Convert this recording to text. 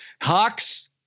Hawks